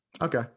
Okay